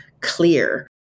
clear